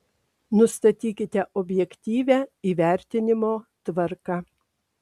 nustatykite objektyvią įvertinimo tvarką